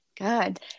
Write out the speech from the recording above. Good